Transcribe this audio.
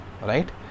right